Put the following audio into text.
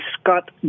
Scott